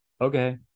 okay